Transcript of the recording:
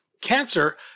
cancer